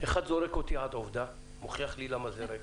אחד זורק אותי עד עובדה, מוכיח לי למה זה ריק.